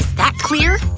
that clear?